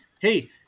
hey